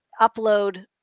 upload